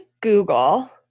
Google